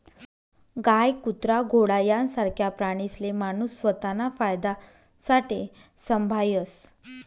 गाय, कुत्रा, घोडा यासारखा प्राणीसले माणूस स्वताना फायदासाठे संभायस